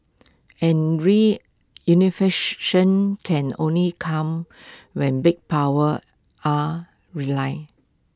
and can only come when big powers are realigned